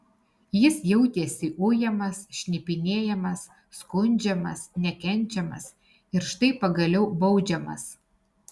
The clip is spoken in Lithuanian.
jis jautėsi ujamas šnipinėjamas skundžiamas nekenčiamas ir štai pagaliau baudžiamas